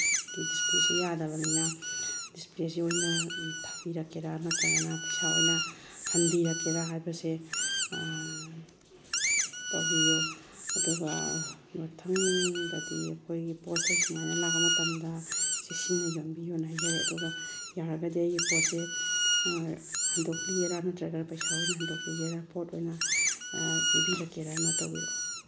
ꯒꯤ ꯗꯤꯁꯄ꯭ꯂꯦꯁꯤ ꯌꯥꯗꯕꯅꯤꯅ ꯗꯤꯁꯄ꯭ꯂꯦꯁꯤ ꯑꯣꯏꯅ ꯊꯥꯕꯤꯔꯛꯀꯦꯔ ꯅꯠꯇ꯭ꯔꯒꯅ ꯄꯩꯁꯥ ꯑꯣꯏꯅ ꯍꯟꯕꯤꯔꯛꯀꯦꯔ ꯍꯥꯏꯕꯁꯦ ꯇꯧꯕꯤꯌꯨ ꯑꯗꯨꯒ ꯃꯊꯪꯗꯗꯤ ꯑꯩꯈꯣꯏꯒꯤ ꯄꯣꯠ ꯆꯩ ꯁꯨꯃꯥꯏꯅ ꯂꯥꯛꯄ ꯃꯇꯝꯗ ꯆꯦꯛꯁꯤꯟꯅ ꯌꯣꯝꯕꯤꯌꯣꯅ ꯍꯥꯏꯖꯔꯤ ꯑꯗꯨꯒ ꯌꯥꯔꯒꯗꯤ ꯑꯩꯒꯤ ꯄꯣꯠꯁꯦ ꯍꯟꯇꯣꯛꯄꯤꯒꯦꯔ ꯅꯠꯇ꯭ꯔꯒꯅ ꯄꯩꯁꯥ ꯑꯣꯏꯅ ꯍꯟꯇꯣꯛꯄꯤꯒꯦꯔ ꯄꯣꯠ ꯑꯣꯏꯅ ꯄꯤꯕꯤꯔꯛꯀꯦꯔ ꯑꯃ ꯇꯧꯕꯤꯔꯛꯑꯣ